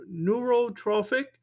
neurotrophic